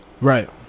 right